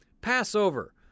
Passover